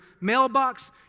mailbox